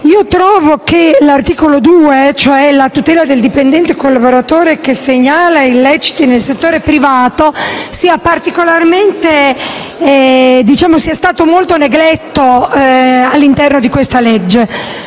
Trovo che l'articolo 2, intitolato «Tutela del dipendente o collaboratore che segnala illeciti nel settore privato», sia stato molto negletto all'interno di questa legge.